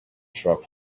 truck